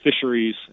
fisheries